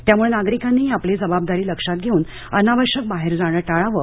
त्यामुळे नागरिकांनीही आपली जबाबदारी लक्षात घेऊन अनावश्यक बाहेर जाणे टाळावे